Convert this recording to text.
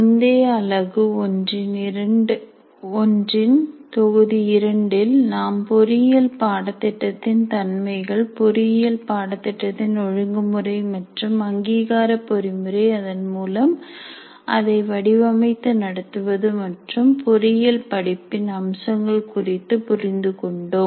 முந்தைய அலகு ஒன்றின் தொகுதி இரண்டில் நாம் பொறியியல் பாடத் திட்டத்தின் தன்மைகள் பொறியியல் பாடத்திட்டத்தின் ஒழுங்குமுறை மற்றும் அங்கீகார பொறிமுறை அதன் மூலம் அதை வடிவமைத்து நடத்துவது மற்றும் பொறியியல் படிப்பின் அம்சங்கள் குறித்து புரிந்து கொண்டோம்